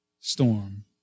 storm